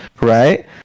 right